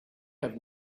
have